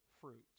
fruits